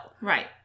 Right